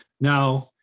Now